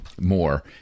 more